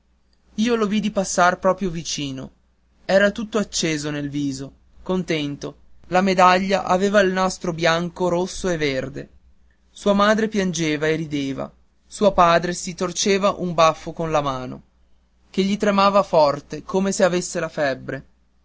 io lo vidi passar proprio vicino era tutto acceso nel viso contento la medaglia aveva il nastro bianco rosso e verde sua madre piangeva e rideva suo padre si torceva un baffo con una mano che gli tremava forte come se avesse la febbre